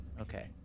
okay